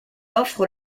offre